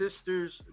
sister's